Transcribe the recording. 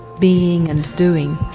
being and doing.